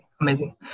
Amazing